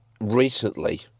recently